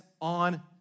on